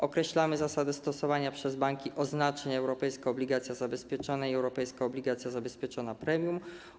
Określamy zasady stosowania przez banki oznaczeń ˝europejska obligacja zabezpieczona˝ i ˝europejska obligacja zabezpieczona (premium)